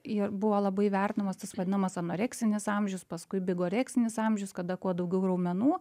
ir buvo labai vertinamas tas vadinamas anoreksinis amžius paskui bigoreksinis amžius kada kuo daugiau raumenų